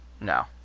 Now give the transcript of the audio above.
No